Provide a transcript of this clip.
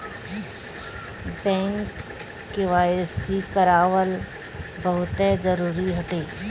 bank KYC करावल बहुते जरुरी हटे